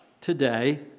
today